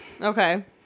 Okay